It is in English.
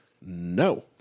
No